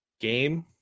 game